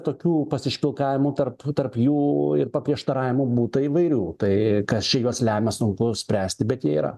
tokių pasišpilkavimų tarp tarp jų ir paprieštaravimų būta įvairių tai kas čia juos lemia sunku spręsti bet jie yra